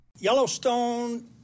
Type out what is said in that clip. Yellowstone